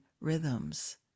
rhythms